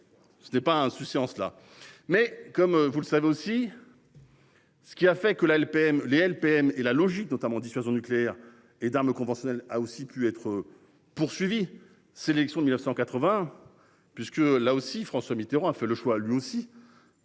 Ce n'est pas un sou séances là mais comme vous le savez aussi. Ce qui a fait que la LPM Les LPM et la logique notamment dissuasion nucléaire et d'armes conventionnelles a aussi pu être poursuivi sélections de 1980 puisque là aussi, François Mitterrand a fait le choix lui aussi.